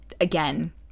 again